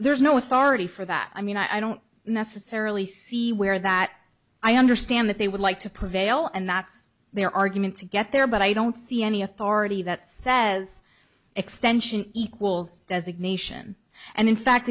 there's no authority for that i mean i don't necessarily see where that i understand that they would like to prevail and that's their argument to get there but i don't see any authority that says extension equals designation and in fact